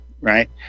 right